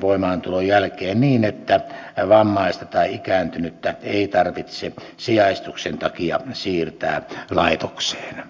voimaantulon jälkeen niin että vammaista tai ikääntynyttä ei tarvitse sijaistuksen takia siirtää laitokseen